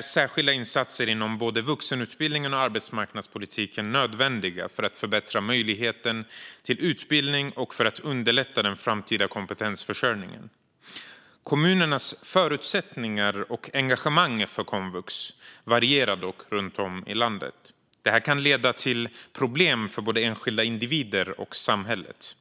särskilda insatser inom både vuxenutbildningen och arbetsmarknadspolitiken nödvändiga för att förbättra möjligheten till utbildning och för att underlätta den framtida kompetensförsörjningen. Kommunernas förutsättningar och engagemang för komvux varierar dock runt om i landet. Det kan leda till problem för både enskilda individer och samhället.